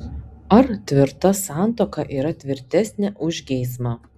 ar tvirta santuoka yra tvirtesnė už geismą